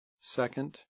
second